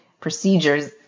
procedures